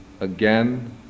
again